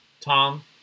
Tom